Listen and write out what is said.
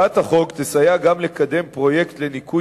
החוק המוצע יסייע גם לקדם פרויקט לניקוי